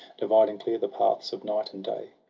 dividing clear the paths of night and day.